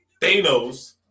Thanos